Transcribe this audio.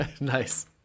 nice